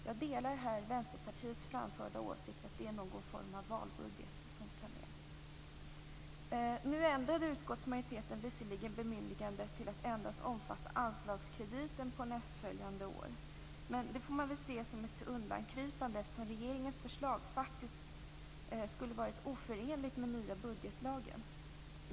Jag delar här Vänsterpartiets framförda åsikt att det är någon form av valbudget som planeras. Nu ändrade utskottsmajoriteten visserligen bemyndigandet till att endast omfatta anslagskrediten på nästföljande år, men det får man väl se som ett undankrypande. Regeringens förslag skulle ju faktiskt ha varit oförenligt med den nya budgetlagen.